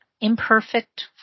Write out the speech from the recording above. imperfect